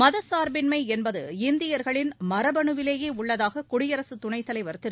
மதச்சார்பின்மை என்பது இந்தியர்களின் மரபணுவிலேயே உள்ளதாக குடியரசு துணைத் தலைவர் திரு